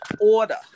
order